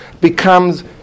becomes